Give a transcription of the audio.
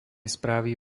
správy